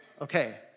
Okay